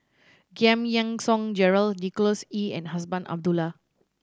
Giam Yean Song Gerald Nicholas Ee and Azman Abdullah